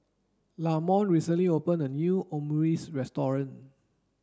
Lamonte recently opened a new Omurice restaurant